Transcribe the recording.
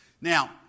Now